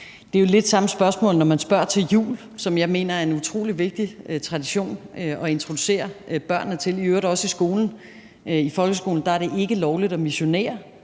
Det er jo lidt samme spørgsmål, når man spørger til jul, som jeg mener er en utrolig vigtig tradition at introducere børnene til, i øvrigt også i skolen. I folkeskolen er det ikke lovligt at missionere,